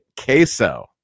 Queso